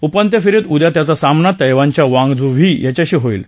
उपांत्य फेरीत उद्या त्याचा सामना तैवानच्या वॉग झू व्ही याच्याशी होईल